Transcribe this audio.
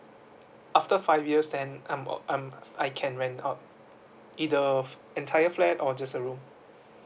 after five years then I'm uh I'm I can rent out either entire flat or just a room